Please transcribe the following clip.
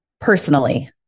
Personally